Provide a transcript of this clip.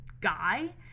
guy